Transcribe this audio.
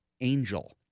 angel